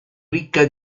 ricca